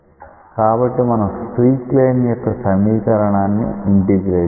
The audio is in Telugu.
కాబట్టి మనం స్ట్రీక్ లైన్ యొక్క సమీకరణాన్ని ఇంటిగ్రేట్ చేద్దాం